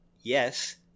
yes